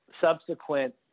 subsequent